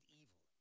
evil